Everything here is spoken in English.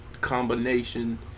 combination